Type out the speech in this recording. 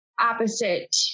opposite